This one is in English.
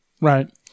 Right